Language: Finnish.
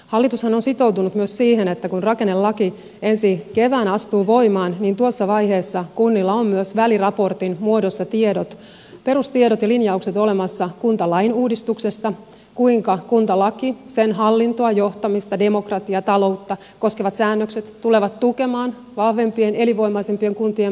hallitushan on sitoutunut myös siihen että kun rakennelaki ensi keväänä astuu voimaan niin tuossa vaiheessa kunnilla on myös väliraportin muodossa perustiedot ja linjaukset olemassa kuntalain uudistuksesta kuinka kuntalaki sen hallintoa johtamista demokratiaa taloutta koskevat säännökset tulevat tukemaan vahvempien elinvoimaisempien kuntien mallia